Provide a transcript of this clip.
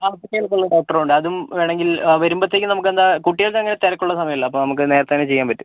ആ കുട്ടികൾക്കുള്ള ഡോക്ടറുണ്ട് അതും വേണമെങ്കിൽ വരുമ്പത്തേക്കും നമുക്ക് എന്താ കുട്ടികൾക്കങ്ങനെ തിരക്കുള്ള സമയമല്ല അപ്പോൾ നമുക്ക് നേരത്തേതന്നെ ചെയ്യാൻ പറ്റും